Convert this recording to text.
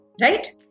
right